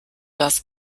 das